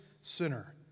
sinner